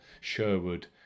Sherwood